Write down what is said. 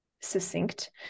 succinct